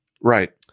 Right